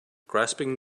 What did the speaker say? grasping